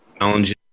challenges